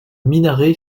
minaret